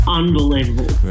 unbelievable